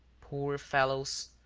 poor fellows.